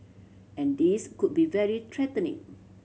and this could be very threatening